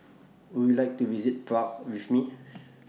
Would YOU like to visit Prague with Me